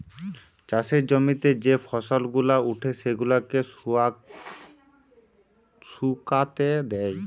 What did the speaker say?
চাষের জমিতে যে ফসল গুলা উঠে সেগুলাকে শুকাতে দেয়